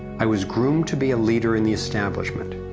i was groomed to be a leader in the establishment.